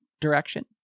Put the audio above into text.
direction